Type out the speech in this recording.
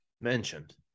mentioned